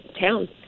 town